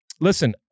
Listen